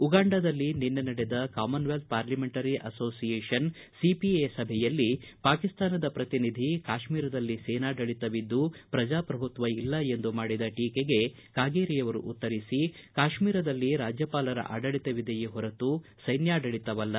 ಉಗಾಂಡಾದಲ್ಲಿ ನಿನ್ನೆ ನಡೆದ Commonwealth parliamentary association CPA ಸಭೆಯಲ್ಲಿ ಪಾಕಿಸ್ತಾನದ ಪ್ರತಿನಿಧಿ ಕಾಶ್ಮೀರದಲ್ಲಿ ಸೇನಾಡಳಿತವಿದ್ದು ಪ್ರಜಾಪ್ರಭುತ್ವ ಇಲ್ಲ ಎಂದು ಮಾಡಿದ ಟೀಕೆಗೆ ಕಾಗೇರಿಯವರು ಉತ್ತರಿಸಿ ಕಾಶ್ಮೀರದಲ್ಲಿ ರಾಜ್ವಪಾಲರ ಆಡಳಿತವಿದೆಯೇ ಹೊರತು ಸ್ಯೆನ್ತಾಡಳಿತವಲ್ಲ